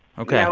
ok.